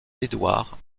édouard